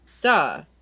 duh